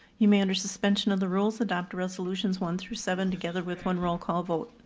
you may under suspension of the rules, adopt resolutions one through seven together with one roll call vote.